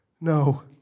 No